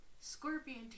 Scorpion